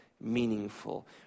meaningful